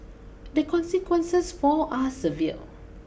the consequences for are severe